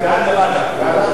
לוועדה.